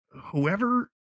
whoever